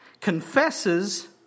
confesses